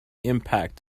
impact